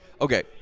okay